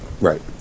Right